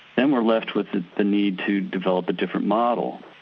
then we're left with the the need to develop a different model.